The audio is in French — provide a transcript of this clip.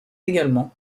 également